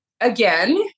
Again